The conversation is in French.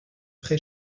prés